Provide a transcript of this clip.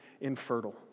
infertile